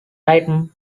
titan